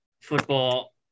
football